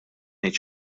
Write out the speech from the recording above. ngħid